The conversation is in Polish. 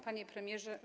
Panie Premierze!